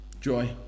Joy